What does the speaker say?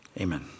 amen